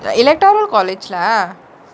the electoral college lah